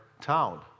town